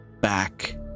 back